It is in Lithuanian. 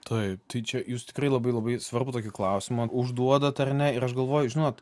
taip tai čia jūs tikrai labai labai svarbų tokį klausimą užduodat ar ne ir aš galvoju žinot